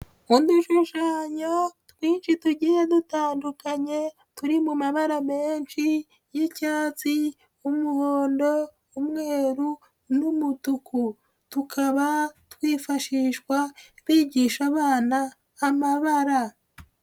Udushanyo twinshi tugiye dutandukanye, turi mu mabara menshi y'icyatsi, umuhondo, umweru n'umutuku. Tukaba twifashishwa, bigisha abana amabara.